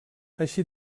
així